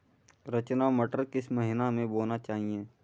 रचना मटर किस महीना में बोना चाहिए?